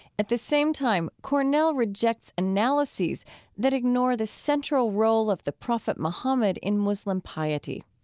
at the same time, cornell rejects analyses that ignore the central role of the prophet muhammad in muslim piety.